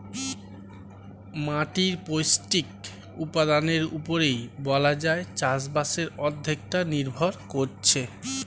মাটির পৌষ্টিক উপাদানের উপরেই বলা যায় চাষবাসের অর্ধেকটা নির্ভর করছে